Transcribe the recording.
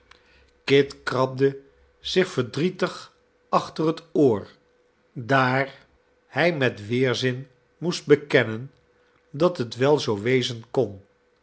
kit krabde zich verdrietig achter het oor daar hij met weerzin moest bekennen dat het wel zoo wezen kon